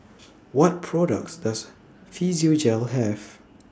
What products Does Physiogel Have